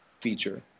feature